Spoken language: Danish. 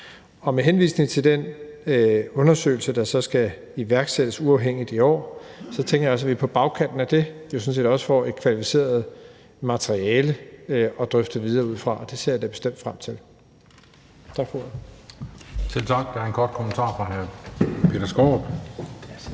Med henvisning til den undersøgelse, der skal iværksættes uafhængigt i år, tænker jeg også, at vi på bagkanten af det jo sådan set får et kvalificeret materiale at drøfte videre ud fra, og det ser jeg da bestemt frem til. Tak for